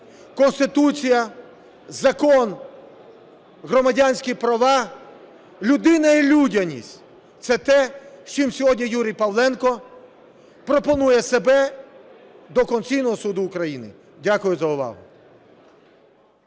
Конституція, закон, громадянські права, людина і людяність – це те, з чим сьогодні Юрій Павленко пропонує себе до Конституційного Суду України. Дякую за увагу.